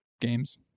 games